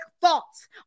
thoughts